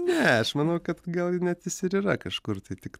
ne aš manau kad gal net jis ir yra kažkur tai tik